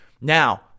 Now